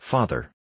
Father